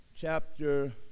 chapter